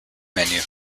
menu